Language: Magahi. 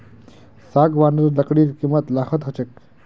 सागवानेर लकड़ीर कीमत लाखत ह छेक